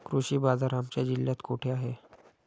कृषी बाजार आमच्या जिल्ह्यात कुठे आहे?